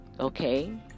Okay